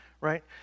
right